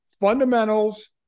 fundamentals